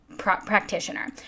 practitioner